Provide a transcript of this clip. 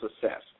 success